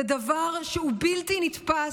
זה דבר שהוא בלתי נתפס.